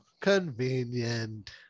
convenient